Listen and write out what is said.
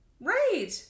Right